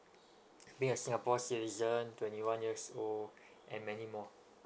being a singapore citizen twenty one years old and many more